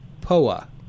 poa